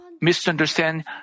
misunderstand